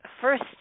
first